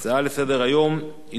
הצעות לסדר-היום מס'